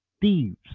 thieves